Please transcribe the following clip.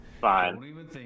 fine